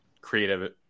creative